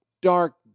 dark